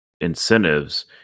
incentives